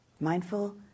Mindful